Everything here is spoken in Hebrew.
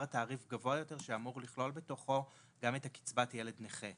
תעריף גבוה יותר שאמור לכלול בתוכו גם את קצבת ילד נכה.